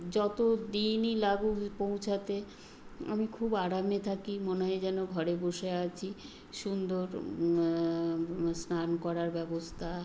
যতো দিনই লাগুক পৌঁছাতে আমি খুব আরামে থাকি মনে হয় যেন ঘরে বসে আচি সুন্দর স্নান করার ব্যবস্থা